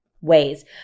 ways